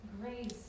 Grace